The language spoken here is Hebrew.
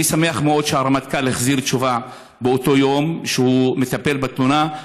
אני שמח מאוד שהרמטכ"ל החזיר תשובה באותו יום שהוא מטפל בתלונה,